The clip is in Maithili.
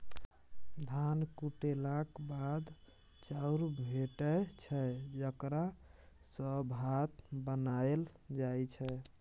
धान कुटेलाक बाद चाउर भेटै छै जकरा सँ भात बनाएल जाइ छै